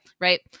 Right